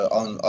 on